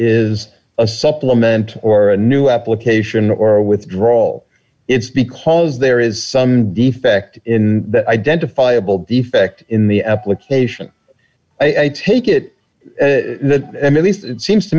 is a supplement or a new application or a withdrawal it's because there is some defect in the identifiable defect in the application i take it at least it seems to